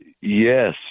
Yes